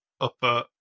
upper